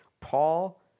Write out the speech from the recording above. Paul